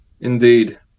indeed